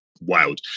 wild